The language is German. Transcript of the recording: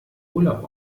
urlaub